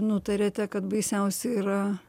nutarėte kad baisiausia yra